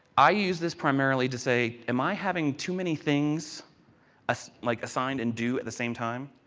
i use this primarily to say, am i having too many things ah so like assigned and do at the same time?